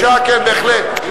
בבקשה, כן, בהחלט.